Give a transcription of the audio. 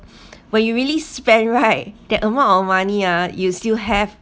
where you really spend right that amount of money ah you still have